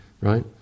right